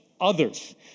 others